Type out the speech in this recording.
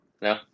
No